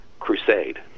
crusade